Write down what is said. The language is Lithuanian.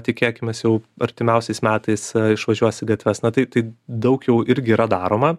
tikėkimės jau artimiausiais metais išvažiuos į gatves na tai tai daug jau irgi yra daroma